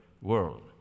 world